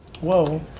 Whoa